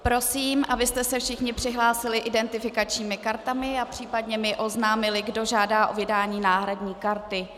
Prosím, abyste se všichni přihlásili identifikačními kartami a případně mi oznámili, kdo žádá o vydání náhradní karty.